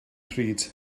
pryd